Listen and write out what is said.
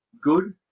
good